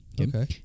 okay